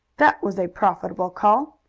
that was a profitable call.